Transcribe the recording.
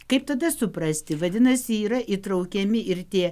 kaip tada suprasti vadinasi yra įtraukiami ir tie